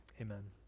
Amen